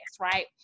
right